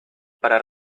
para